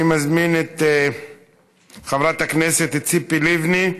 אני מזמין את חברת הכנסת ציפי לבני,